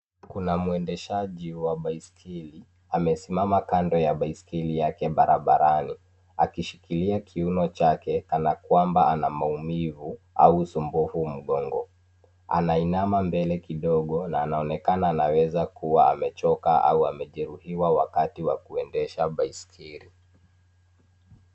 Kuna mwendeshaji wa baiskeli, amesimama kando ya baiskeli yake barabarani. Akishikilia kiuno chake kanakwamba ana maumivu, au usumbufu mgongo. Anainama mbele kidogo na anaonekana anaweza kuwa amechoka au amejeruhiwa wakati wa kuendesha baiskeli.